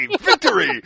Victory